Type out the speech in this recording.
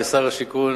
ושר השיכון,